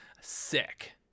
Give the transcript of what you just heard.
Sick